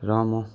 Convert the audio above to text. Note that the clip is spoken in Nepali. र म